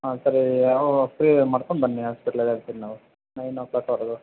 ಹಾಂ ಸರಿ ಯಾವ ಫ್ರೀ ಮಾಡ್ಕೊಂಡ್ಬನ್ನಿ ಆಸ್ಪೆಟ್ಲಲ್ಲೇ ಇರ್ತೀವಿ ನಾವು ನೈನ್ ಓ ಕ್ಲಾಕ್ವರೆಗೂ